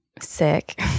sick